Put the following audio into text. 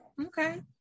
okay